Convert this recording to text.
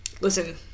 Listen